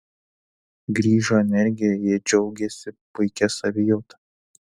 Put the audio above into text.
grįžo energija jie džiaugėsi puikia savijauta